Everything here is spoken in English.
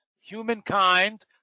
humankind